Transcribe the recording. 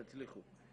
תצליחו.